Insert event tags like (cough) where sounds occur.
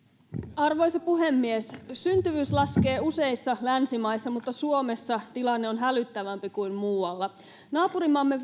arvoisa puhemies syntyvyys laskee useissa länsimaissa mutta suomessa tilanne on hälyttävämpi kuin muualla naapurimaamme (unintelligible)